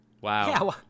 Wow